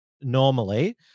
normally